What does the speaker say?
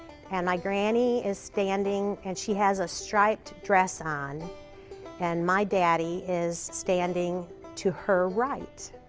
and my granny is standing and she has a striped dress on and my daddy is standing to her right.